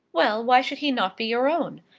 well why should he not be your own?